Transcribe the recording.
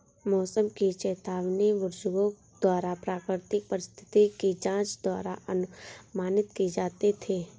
मौसम की चेतावनी बुजुर्गों द्वारा प्राकृतिक परिस्थिति की जांच द्वारा अनुमानित की जाती थी